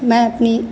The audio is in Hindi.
मैं अपनी